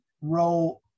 row